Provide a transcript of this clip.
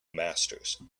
masters